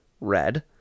red